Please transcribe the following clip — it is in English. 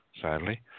sadly